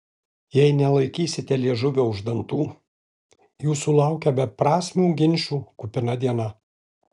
jei nelaikysite liežuvio už dantų jūsų laukia beprasmių ginčų kupina diena